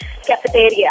Cafeteria